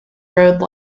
rode